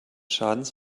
schadens